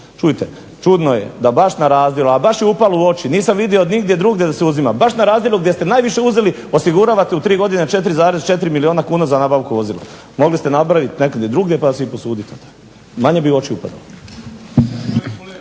Čujte, čudno je da baš …, a baš je upalo u oči nisam nigdje vido drugdje da se uzima, baš na razdjelu gdje ste najviše uzeli osiguravate u tri godine 4,4 milijuna kuna za nabavku vozila. Mogli ste napraviti negdje drugdje pa se i posuditi manje bi u oči upadalo.